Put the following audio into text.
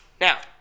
Now